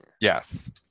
Yes